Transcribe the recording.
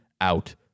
out